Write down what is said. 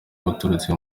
baturutse